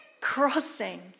crossing